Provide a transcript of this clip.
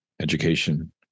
education